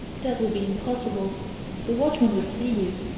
that would be impossible the watchman would see you,